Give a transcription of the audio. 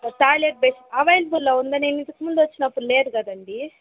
okay toilet brush అవైలబుల్లో ఉందా నేను ఇంతకు ముందు వచ్చినప్పుడు లేదు కదండీ